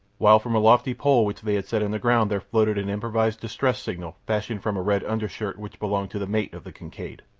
while from a lofty pole which they had set in the ground there floated an improvised distress signal fashioned from a red undershirt which belonged to the mate of the kincaid.